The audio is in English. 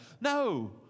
No